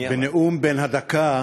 בנאום בן דקה